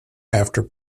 after